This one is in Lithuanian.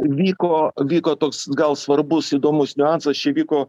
vyko vyko toks gal svarbus įdomus niuansas čia vyko